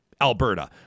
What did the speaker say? Alberta